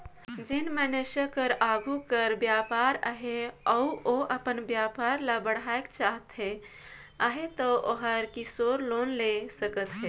जेन मइनसे कर आघु कर बयपार अहे अउ ओ अपन बयपार ल बढ़ाएक चाहत अहे ता ओहर किसोर लोन ले सकत अहे